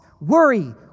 worry